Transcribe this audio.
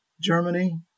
Germany